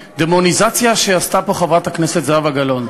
הדמוניזציה שעשתה פה חברת הכנסת זהבה גלאון,